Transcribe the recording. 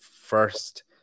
first